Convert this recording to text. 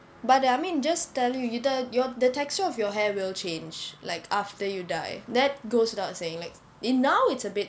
but I mean just tell you you the your the texture of your hair will change like after you dye that goes without saying like in now it's a bit